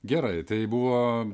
gerai tai buvo